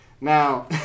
Now